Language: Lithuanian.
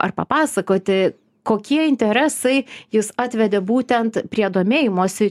ar papasakoti kokie interesai jus atvedė būtent prie domėjimosi